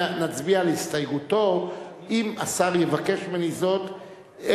נצביע על הסתייגותו אם השר יבקש ממני זאת,